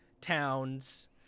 towns